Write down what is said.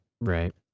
Right